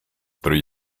three